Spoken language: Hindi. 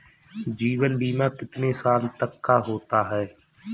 जीवन बीमा कितने साल तक का होता है?